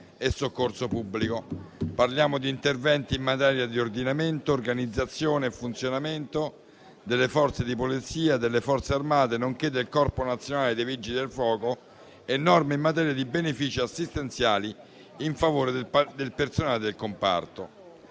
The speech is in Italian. e soccorso pubblico. Parliamo di interventi in materia di ordinamento, organizzazione e funzionamento delle Forze di polizia e delle Forze armate, nonché del Corpo nazionale dei vigili del fuoco, e di norme in materia di benefici assistenziali in favore del personale del comparto.